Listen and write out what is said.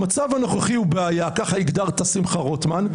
המצב הנוכחי הוא בעיה, ככה הגדרת, שמחה רוטמן.